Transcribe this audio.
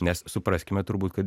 nes supraskime turbūt kad